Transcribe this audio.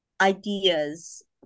ideas